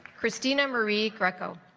christina marie greco